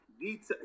Detail